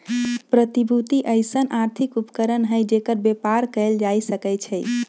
प्रतिभूति अइसँन आर्थिक उपकरण हइ जेकर बेपार कएल जा सकै छइ